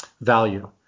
value